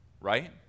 Right